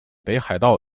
北海道